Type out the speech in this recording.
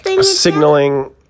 signaling